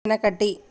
నకటి